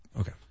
Okay